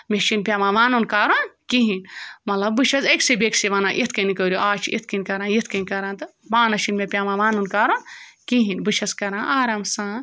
مےٚ چھِنہٕ پٮ۪وان وَنُن کَرُن کِہیٖنۍ مطلب بہٕ چھٮ۪س أکۍسٕے بیٚکِسٕے وَنان یِتھ کٔنۍ کٔرِو اَز چھِ یِتھ کٔنۍ کَران یِتھ کٔنۍ کَران تہٕ پانَس چھِنہٕ مےٚ پٮ۪وان وَنُن کَرُن کِہیٖنۍ بہٕ چھٮ۪س کَران آرام سان